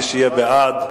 מי שיהיה בעד,